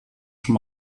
schon